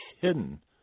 hidden